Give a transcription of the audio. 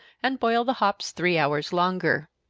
and boil the hops three hours longer.